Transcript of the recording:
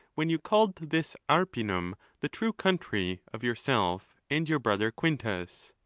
when you called this arpinum the true country of yourself and your brother quintus?